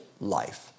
life